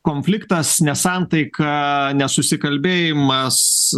a konfliktas nesantaika nesusikalbėjimas